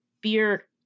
beer